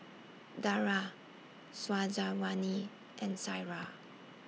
Dara Syazwani and Syirah